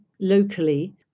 locally